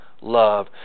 love